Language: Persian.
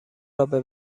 رابه